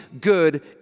good